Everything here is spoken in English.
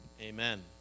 Amen